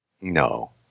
No